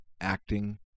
Acting